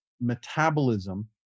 metabolism